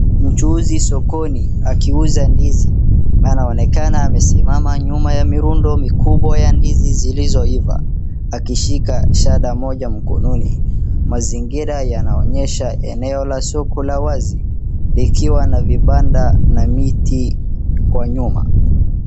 Mchuuzi sokoni, akiuza ndizi, anaonekana amesimama nyuma ya mirundo mikubwa ya ndizi zilizoiva, akishika shada moja mkononi. Mazingira yanaonyesha eneo la soko la wazi, likiwa na vibanda na miti kwa nyuma.